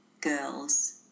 girls